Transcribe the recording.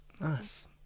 Nice